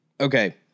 okay